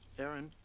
aaron,